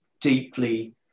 deeply